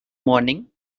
morning